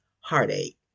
heartache